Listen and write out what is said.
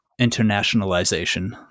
internationalization